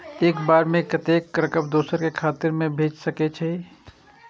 एक बार में कतेक रकम दोसर के खाता में भेज सकेछी?